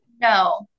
No